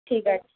ঠিক আছে